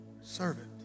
servant